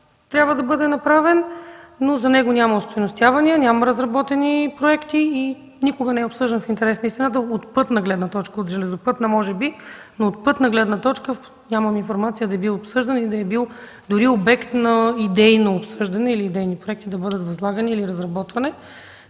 трябва да бъде направен. За него няма остойностявания, няма разработени проекти и никога не е обсъждан, в интерес на истината, от пътна гледна точка, от железопътна – може би, но от пътна гледна точка нямам информация да е бил обсъждан и да е бил дори обект на идейно обсъждане или идейни проекти да бъдат възлагани или разработвани.